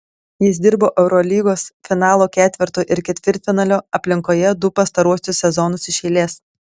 jis dirbo eurolygos finalo ketverto ir ketvirtfinalio aplinkoje du pastaruosius sezonus iš eilės